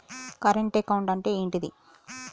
Current account అంటే ఏంటిది?